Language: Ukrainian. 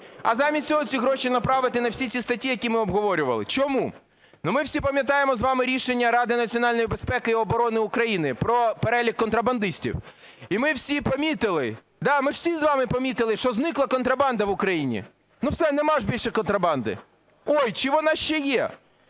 а замість цього ці гроші направити на всі ці статті, які ми обговорювали. Чому? Ну, ми всі пам'ятаємо з вами рішення Ради національної безпеки і оборони України про перелік контрабандистів. І ми всі помітили... Да, ми ж всі з вами помітили, що зникла контрабанда в Україні? Ну все – немає більше контрабанди. Ой, чи вона ще є?